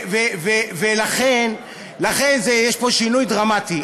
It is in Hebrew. לכן יש פה שינוי דרמטי.